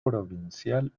provincial